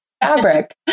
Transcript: fabric